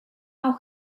auch